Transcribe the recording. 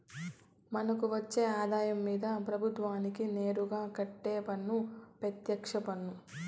మనకు వచ్చే ఆదాయం మీద ప్రభుత్వానికి నేరుగా కట్టే పన్ను పెత్యక్ష పన్ను